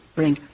bring